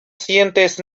sientes